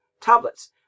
tablets